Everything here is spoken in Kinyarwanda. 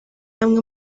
amwe